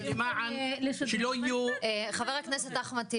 למען שלא יהיו --- חבר הכנסת אחמד טיבי,